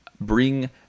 bring